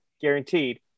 guaranteed